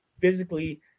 physically